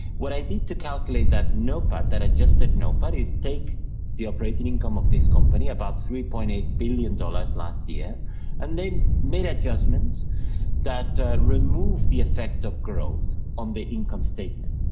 what i did to calculate that nopat, that adjusted nopat is take the operating income of this company about three point eight billion dollars last year and then made adjustments that remove the effect of growth on the income statement.